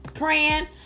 Praying